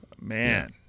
Man